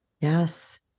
Yes